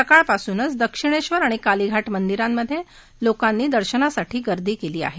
सकाळपासूनच दक्षिणेबर आणि कालीघाट मंदिरांमध्ये लोकांनी दर्शनासाठी गर्दी केली आहे